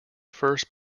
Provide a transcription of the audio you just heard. first